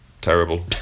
terrible